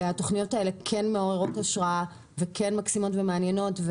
התוכניות האלה כן מעוררות השראה וכן מקסימות ומעניינות.